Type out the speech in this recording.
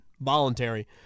voluntary